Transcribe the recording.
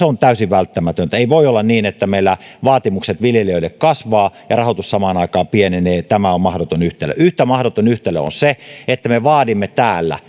on täysin välttämätöntä ei voi olla niin että meillä vaatimukset viljelijöille kasvavat ja rahoitus samaan aikaan pienenee tämä on mahdoton yhtälö yhtä mahdoton yhtälö on se että me vaadimme täällä